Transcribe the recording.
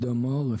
אני